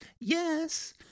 Yes